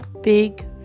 big